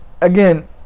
again